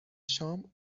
شام